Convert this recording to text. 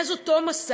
"מאז אותו מסע,